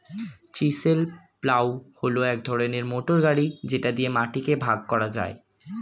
chisel plough হল এক ধরনের মোটর গাড়ি যেটা দিয়ে মাটিকে ভাগ করা যায়